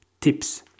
tips